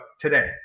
today